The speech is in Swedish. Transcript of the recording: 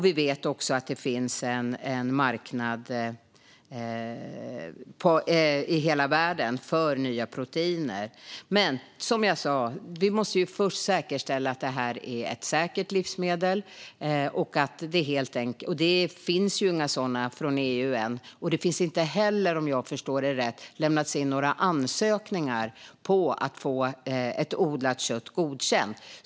Vi vet också att det finns en marknad i hela världen för nya proteiner. Men som jag sa måste vi först säkerställa att detta är ett säkert livsmedel. Det finns ju ännu ingenting sådant från EU. Det har inte heller, om jag förstår det rätt, lämnats in några ansökningar om att få odlat kött godkänt.